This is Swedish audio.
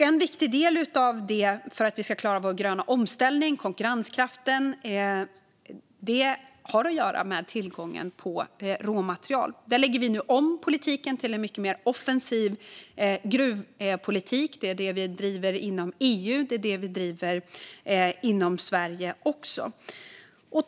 En viktig del för att vi ska klara vår gröna omställning och konkurrenskraften har att göra med tillgången på råmaterial. Där lägger vi nu om politiken till en mycket mer offensiv gruvpolitik. Det är detta vi driver inom EU och också inom Sverige.